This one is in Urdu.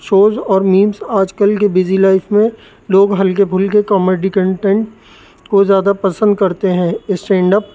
شوز اور میمز آج کل کے بزی لائف میں لوگ ہلکے پھلکے کامیڈی کنٹینٹ کو زیادہ پسند کرتے ہیں اسٹینڈ اپ